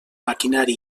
maquinari